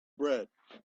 bread